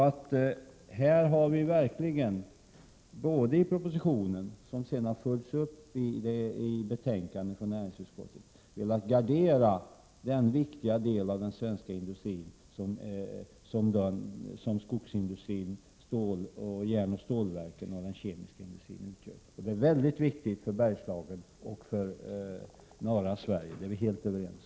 Här har vi alltså verkligen både i propositionen och i betänkandet velat gardera den viktiga del av den svenska industrin som skogsindustrin, järnoch stålverken och den kemiska industrin utgör. Att de är oerhört viktiga för Bergslagen och för norra Sverige är vi helt överens om.